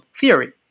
theory